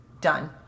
Done